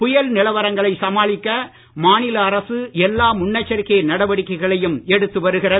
புயல் நிலவரங்களை சமாளிக்க மாநில அரசு முன் எச்சரிக்கை நடவடிக்கைகளையும் எடுத்து வருகிறது